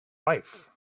life